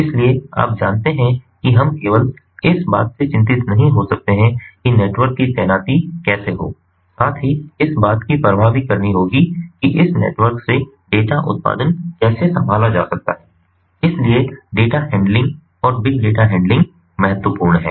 इसलिए आप जानते हैं कि हम केवल इस बात से चिंतित नहीं हो सकते हैं कि नेटवर्क की तैनाती कैसे हो साथ ही इस बात की परवाह भी होगी कि इस नेटवर्क से डेटा उत्पादन कैसे संभाला जा सकता है इसीलिए डेटा हैंडलिंग और बिग डेटा हैंडलिंग महत्वपूर्ण है